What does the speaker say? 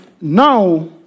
Now